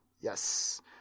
Yes